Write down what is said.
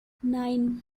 nine